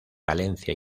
valencia